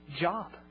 job